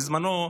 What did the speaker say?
בזמנו,